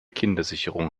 kindersicherung